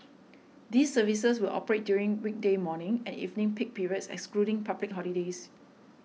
these services will operate during weekday morning and evening peak periods excluding public holidays